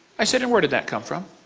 i said, and where did that come from?